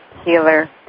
healer